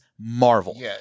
Marvel